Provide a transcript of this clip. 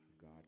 God